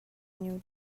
new